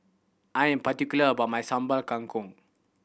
I am particular about my Sambal Kangkong